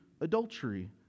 adultery